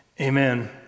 Amen